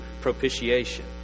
propitiation